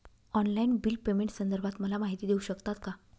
Online bill पेमेंटसंदर्भात मला माहिती देऊ शकतात का?